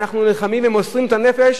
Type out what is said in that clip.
אנחנו נלחמים ומוסרים את הנפש,